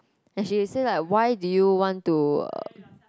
and she say like why do you want to uh